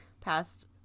past